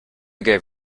gave